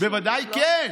בוודאי, כן.